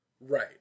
Right